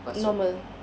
what soup